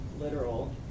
literal